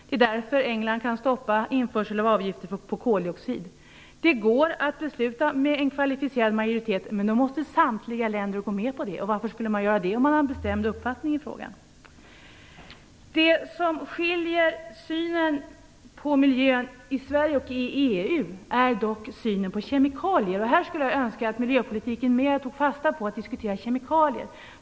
Det är därför England kan stoppa införandet av avgifter på koldioxid. Det går att besluta med en kvalificerad majoritet, men då måste samtliga länder gå med på det. Varför göra det om man har en bestämd uppfattning i frågan? Det som skiljer synen på miljön i Sverige och i EU är synen på kemikalier. Jag hoppas att vi i miljöpolitiken kan ta fasta på att diskutera kemikalier.